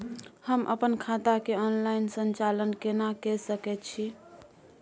हम अपन खाता के ऑनलाइन संचालन केना के सकै छी?